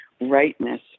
rightness